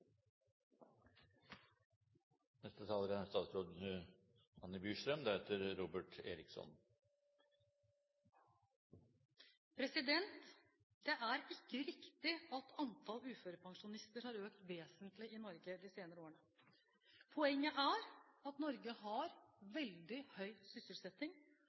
Det er ikke riktig at antallet uførepensjonister har økt vesentlig i Norge de senere årene. Poenget er at Norge har veldig høy sysselsetting.